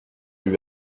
lui